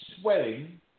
swelling